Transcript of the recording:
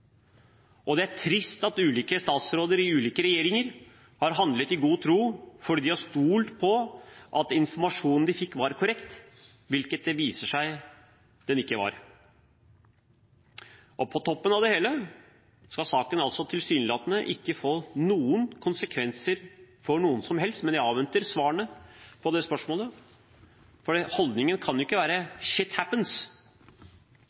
forhold. Det er trist at ulike statsråder i ulike regjeringer har handlet i god tro fordi de har stolt på at informasjonen de fikk, var korrekt, som det viser seg at den ikke har vært. På toppen av det hele skal saken altså tilsynelatende ikke få noen konsekvenser for noen som helst. Men jeg avventer svarene på det spørsmålet, for holdningen kan ikke